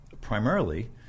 Primarily